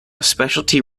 specialty